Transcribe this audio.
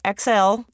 XL